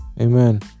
Amen